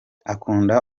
akunda